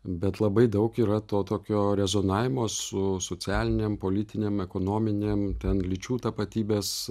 bet labai daug yra to tokio rezonavimo su socialinėm politinėm ekonominėm ten lyčių tapatybės